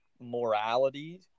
morality